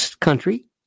country